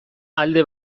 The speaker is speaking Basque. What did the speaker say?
alde